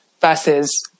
versus